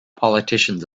politicians